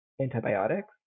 antibiotics